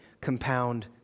compound